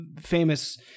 famous